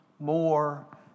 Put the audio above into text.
more